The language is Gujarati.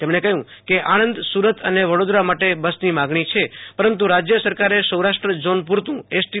તેમને કહ્યુ કે આણંદ સુરત અને વડોદરા માટે બસ ની માંગણી છે પરંતુ રાજ્ય સરકારે સૌરાષ્ટ્ર ઝોન પૂ રતું એસ ટી